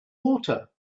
water